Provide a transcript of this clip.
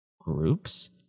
groups